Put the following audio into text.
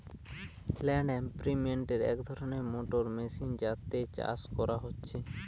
land ইমপ্রিন্টের এক ধরণের মোটর মেশিন যাতে করে চাষ হচ্ছে